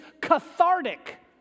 cathartic